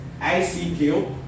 ICQ